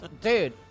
Dude